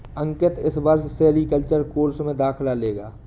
अंकित इस वर्ष sericulture course में दाखिला लेगा